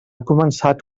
començat